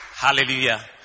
Hallelujah